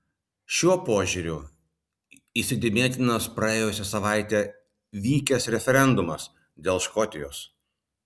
šiuo požiūriu įsidėmėtinas praėjusią savaitę vykęs referendumas dėl škotijos